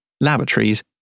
laboratories